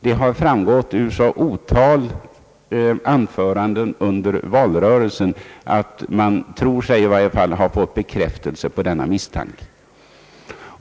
Det har framgått av ett antal anföranden under valrörelsen.